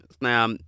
Now